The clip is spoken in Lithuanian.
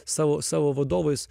savo savo vadovais